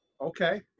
Okay